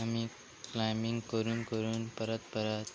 आमी क्लायमींग करून करून परत परत